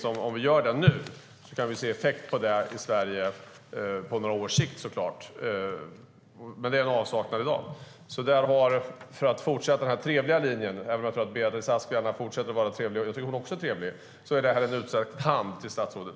Om det sker nu kan vi på några års sikt se en effekt i Sverige. Låt mig fortsätta på den trevliga linjen. Även om jag tror att Beatrice Ask gärna fortsätter att vara trevlig - hon är trevlig - är det här en utsträckt hand till statsrådet.